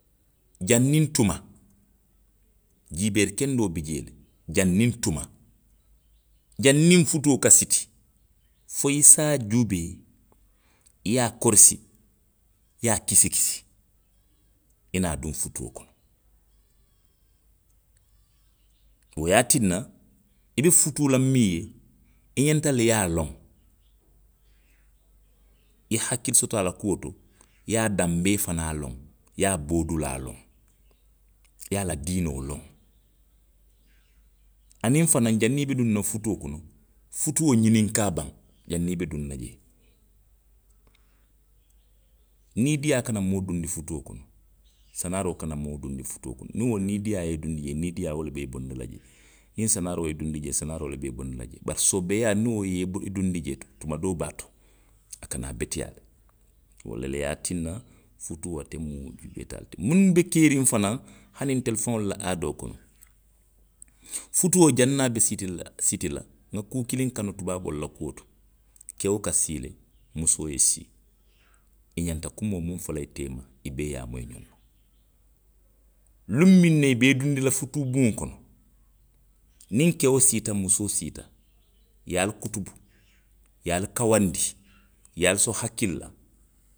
Janniŋ tuma. jiibeeri kendoo bi jee le. Janniŋ tuma, jiibeeri kendoo bi jee janniŋ futuo ka siti, fo i se a juubee, i ye a korosi. i ye a kisi kisi. I ye naa duŋ futuo kono. Wo ye a tinna. i be futuu la miŋ ye, i ňanta le i ye a loŋ. I ye hakkili soto a la kuo to, i ye a danbee fanaŋ loŋ, i ye a boodulaa loŋ, i ye a la diinoo loŋ. Aniŋ fanaŋ janniŋ i be duŋ na futuo kono. Futuo ňininkaa baŋ janniŋ i be duŋ na jee. Niidiiyaa kana moo dunndi futuo kono, sanaaroo kana moo dunndi futuo kono. Niŋ wo niidiiyaa ye i dunndi jee, niidiiyaa wo le be i bondi la jee, niŋ sanaaroo ye i dunndi jee, sanaaroo le be i bondi la jee. Bari soobeeyaa niŋ wo ye i bo, dunndi jee to, tuma doobaa to, a ka naa beteyaa le. Wolu le ye a tinna futuo mu juubee taa le ti. Muŋ be keeriŋ fanaŋ. hani ntelu faŋolu la aadoo kono. futuo janniŋ a be siti la. siti la, nŋa kuu kiliŋ kanu tubaaboolu la kuo to. Keo ka sii le, musoo ye sii, i ňanta kumoo miŋ fo la i teema, i bee ye a moyi ňoŋ na. Luŋ miŋ na i be i dunndi la futuu buŋo kono. niŋ keo siita, musoo siita. i ye ali kutubu, i ye ali kaawandi, i ye ali so hakkili la,